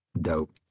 dope